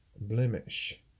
blemish